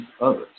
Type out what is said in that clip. others